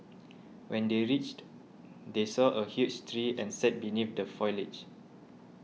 when they reached they saw a huge tree and sat beneath the foliage